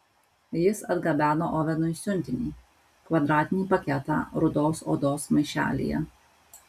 jis atgabeno ovenui siuntinį kvadratinį paketą rudos odos maišelyje